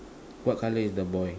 what colour is the boy